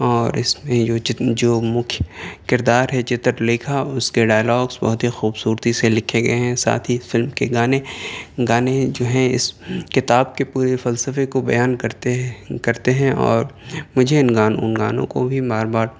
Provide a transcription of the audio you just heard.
اور اس میں جو جو مکھیہ کردار ہے چتر لیکھا اور اس کے ڈائیلاگس بہت ہی خوبصورتی سے لکھے گیے ہیں ساتھ ہی فلم کے گانے گانے جو ہیں اس کتاب کے پورے فلسفے کو بیان کرتے ہیں کرتے ہیں اور مجھے ان گانوں ان گانوں کو بھی بار بار